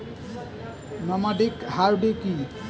Nomadic hardy কি?